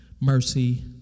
mercy